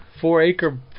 four-acre